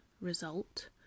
Result